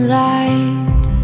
light